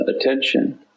attention